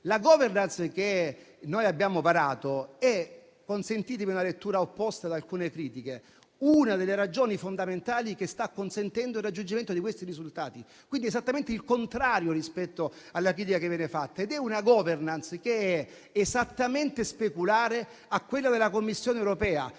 La *governance* che abbiamo varato - consentitemi una lettura opposta ad alcune critiche - è una delle ragioni fondamentali che sta consentendo il raggiungimento di questi risultati: esattamente il contrario rispetto alla critica che viene fatta. È una *governance* esattamente speculare a quella della Commissione europea.